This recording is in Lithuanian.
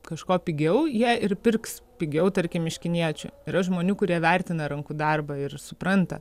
kažko pigiau jie ir pirks pigiau tarkim iš kiniečių yra žmonių kurie vertina rankų darbą ir supranta